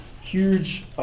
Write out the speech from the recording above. huge